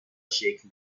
شکل